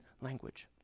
language